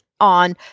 on